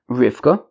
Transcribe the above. Rivka